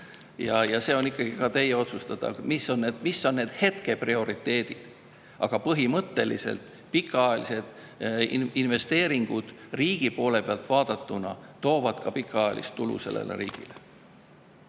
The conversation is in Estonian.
See on ka teie otsustada, mis on need hetkeprioriteedid. Aga põhimõtteliselt pikaajalised investeeringud riigi poole pealt vaadatuna toovad sellele riigile